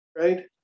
right